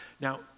Now